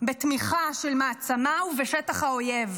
בתמיכה של מעצמה ובשטח האויב.